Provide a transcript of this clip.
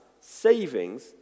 savings